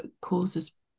causes